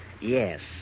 Yes